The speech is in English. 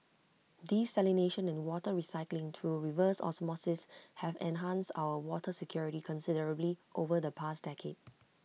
desalination and water recycling through reverse osmosis have enhanced our water security considerably over the past decade